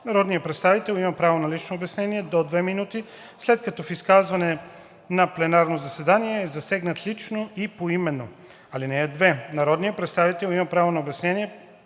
Народният представител има право на лично обяснение до 2 минути, след като в изказване на пленарно заседание е засегнат лично и поименно. (2) Народният представител има право на обяснение